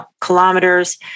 kilometers